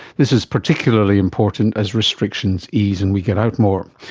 this is particularly important as restrictions ease and we get out more.